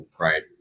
Right